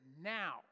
now